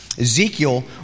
Ezekiel